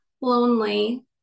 lonely